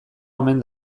omen